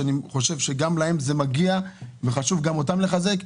שגם להם זה מגיע וחשוב גם אותם לחזק.